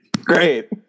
Great